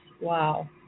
Wow